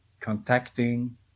contacting